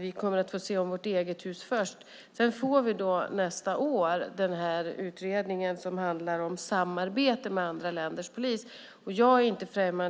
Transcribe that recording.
Vi kommer att behöva se om vårt eget hus först. Nästa år får vi den utredning som handlar om samarbete med andra länders polis.